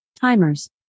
timers